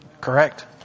Correct